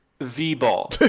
V-Ball